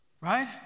Right